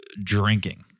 Drinking